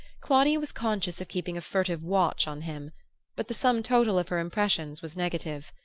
claudia was conscious of keeping a furtive watch on him but the sum total of her impressions was negative.